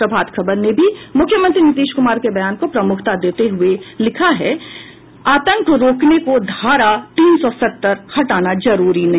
प्रभात खबर ने भी मुख्यमंत्री नीतीश कुमार के बयान को प्रमुखता देते हुये लिखा है आतंक रोकने को धारा तीन सौ सत्तर हटाना जरूरी नहीं